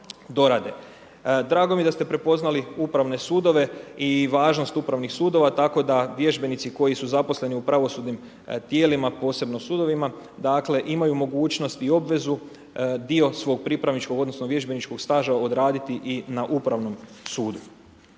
Drago mi je da ste prepoznali upravne sudove i važnost upravnih sudova, tako da vježbenici koji su zaposleni u pravosudnim tijelima, posebno sudovima, dakle, imaju mogućnost i obvezu dio svog pripravničkog, odnosno, vježbeničkog staža odraditi i na upravnom sudu.